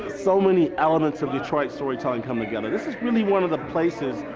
so many elements of detroit storytelling come together. this is really one of the places,